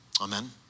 Amen